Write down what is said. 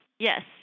Yes